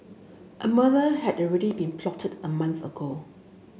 a murder had already been plotted a month ago